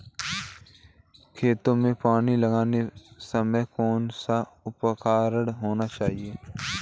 खेतों में पानी लगाते समय कौन सा उपकरण होना चाहिए?